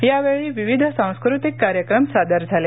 यावेळी विविध सांस्कृतिक कार्यक्रम सादर झाले